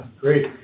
great